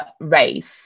race